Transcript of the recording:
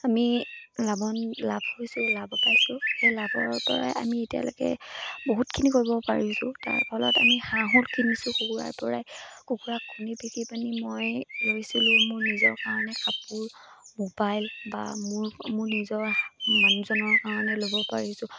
আমি লাভন লাভ হৈছোঁ লাভ পাইছোঁ সেই লাভৰ পৰাই আমি এতিয়ালৈকে বহুতখিনি কৰিব পাৰিছোঁ তাৰ ফলত আমি হাঁহো কিনিছোঁ কুকুৰাৰ পৰাই কুকুৰা কণী বিকি পিনি মই লৈছিলোঁ মোৰ নিজৰ কাৰণে কাপোৰ মোবাইল বা মোৰ মোৰ নিজৰ মানুহজনৰ কাৰণে ল'ব পাৰিছোঁ